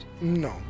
No